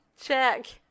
Check